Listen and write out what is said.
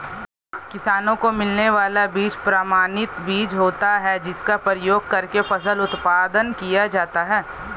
किसानों को मिलने वाला बीज प्रमाणित बीज होता है जिसका प्रयोग करके फसल उत्पादन किया जाता है